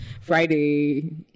Friday